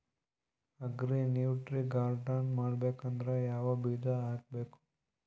Agri nutri garden ಮಾಡಬೇಕಂದ್ರ ಯಾವ ಬೀಜ ಹಾಕಬೇಕು?